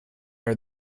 are